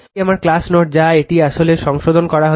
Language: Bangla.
এটি আমার ক্লাস নোট যা এটি আসলে সংশোধন করা হয়েছে